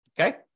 okay